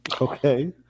Okay